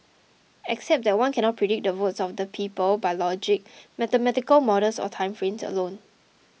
except that one cannot predict the votes of the people by logic mathematical models or time frames alone